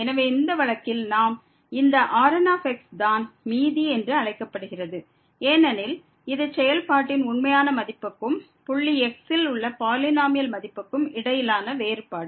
எனவே இந்த வழக்கில் இந்த Rn தான் மீதி என்று அழைக்கப்படுகிறது ஏனெனில் இது செயல்பாட்டின் உண்மையான மதிப்புக்கும் புள்ளி x இல் உள்ள பாலினோமியல் மதிப்புக்கும் இடையிலான வேறுபாடு